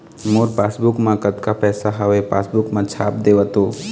मोर passbook मा कतका पैसा हवे पासबुक मा छाप देव तो?